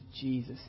Jesus